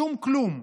שום-כלום.